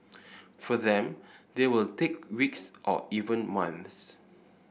for them they will take weeks or even months